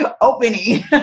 opening